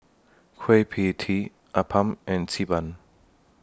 Kueh PIE Tee Appam and Xi Ban